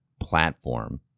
platform